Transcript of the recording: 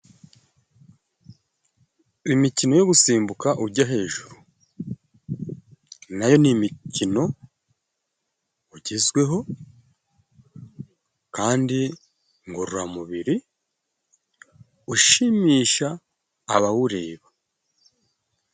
Imikino yo gusimbuka uja hejuru, na yo ni imikino ugezweho kandi ngororamubiri ushimisha abawureba.